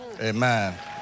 Amen